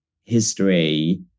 history